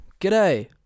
G'day